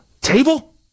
table